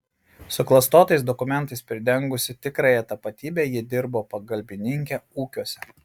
suklastotais dokumentais pridengusi tikrąją tapatybę ji dirbo pagalbininke ūkiuose